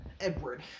Edward